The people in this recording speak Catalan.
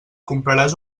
compraràs